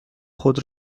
خود